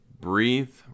breathe